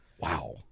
Wow